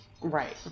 Right